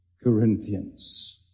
Corinthians